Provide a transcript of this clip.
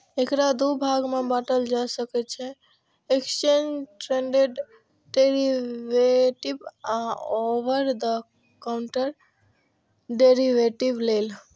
एकरा दू भाग मे बांटल जा सकै छै, एक्सचेंड ट्रेडेड डेरिवेटिव आ ओवर द काउंटर डेरेवेटिव लेल